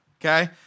okay